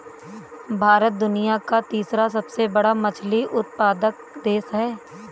भारत दुनिया का तीसरा सबसे बड़ा मछली उत्पादक देश है